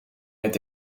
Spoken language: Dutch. met